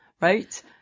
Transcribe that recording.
Right